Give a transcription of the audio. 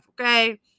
Okay